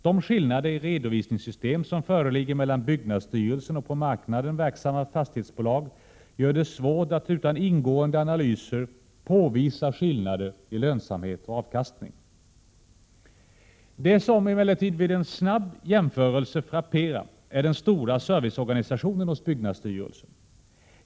De skillnader i redovisningssystem som föreligger medan byggnadsstyrelsen och på marknaden verksamma fastighetsbolag gör det svårt att utan ingående analyser påvisa skillnader i lönsamhet och avkastning. Det som emellertid vid en snabb jämförelse frapperar är den stora serviceorganisationen hos byggnadsstyrelsen.